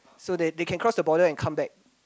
so they they can cross the border and come back